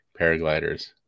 paragliders